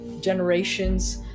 generations